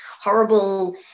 horrible